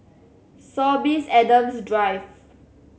Sorbies Adams Drive